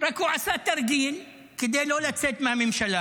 הוא רק עשה תרגיל כדי לא לצאת מהממשלה.